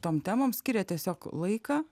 tom temom skiriat tiesiog laiką